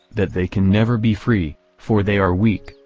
that they can never be free, for they are weak,